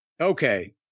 Okay